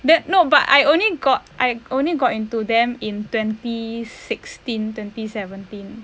that no but I only got I only got into them in twenty sixteen twenty seventeen